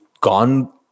gone